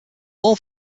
all